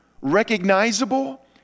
recognizable